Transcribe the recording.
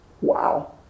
Wow